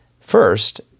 First